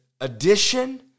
addition